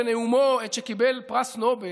בנאומו עת שקיבל פרס נובל,